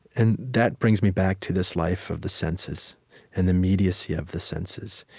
and that brings me back to this life of the senses and the immediacy of the senses.